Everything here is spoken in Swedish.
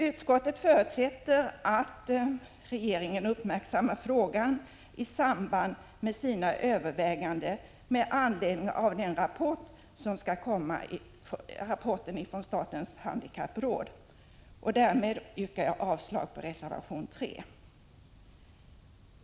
Utskottet förutsätter att regeringen uppmärksammar frågan i samband med sina överväganden med anledning av rapporten från statens handikappråd. Därmed yrkar jag avslag på reservation 3.